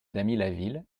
damilaville